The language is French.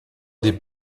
des